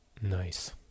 Nice